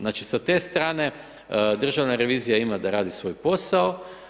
Znači sa te strane državna revizija ima da radi svoj posao.